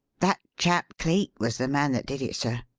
that chap cleek was the man that did it, sir.